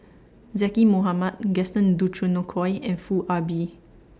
Zaqy Mohamad Gaston Dutronquoy and Foo Ah Bee